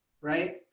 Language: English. right